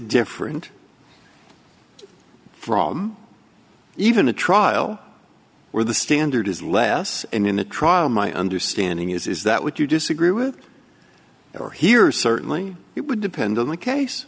different from even a trial where the standard is less and in the trial my understanding is is that what you disagree with or here certainly it would depend on the case